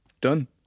Done